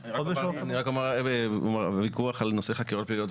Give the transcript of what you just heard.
אני רק אומר: הוויכוח על נושא חקירות פליליות הוא